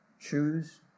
Choose